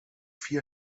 vier